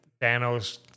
Thanos